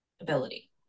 ability